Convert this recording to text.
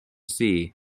see